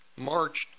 marched